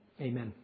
Amen